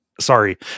Sorry